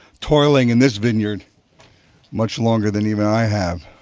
toiling in this vineyard much longer than even i have,